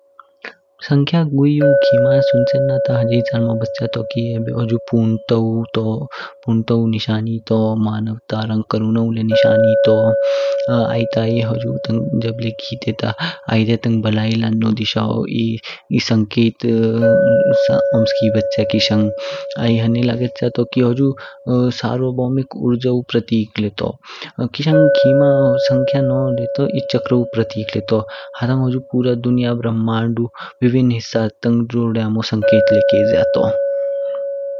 संख्या गुईउ खिमा सुनचेन त ह्जे चलमो बच्छ्य तो की हुजु पूर्णतौ तो पूर्णतौ निशानी तो, मानवता रंग करुनौ ले नीशानी तो। आई त आई हुजु तंग जब ले खेटे त आइदे तंग बलाई लानो दिशाओ एह संकेत ओम्सकी बच्छ्य किशंग। आई हने लगेच्य तो की हुजु सर्वभौमिक ऊर्जा प्रतीक ले तो। किशंग खेमा संख्या एह चारकु प्रतीक ले तो हतंग हुजु पूरा दुनिया ब्रह्मांडु विभिन हिस्सा तंग जोध्यमो संकेत ले केज्य तो।